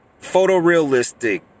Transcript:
photorealistic